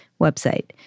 website